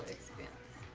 experience.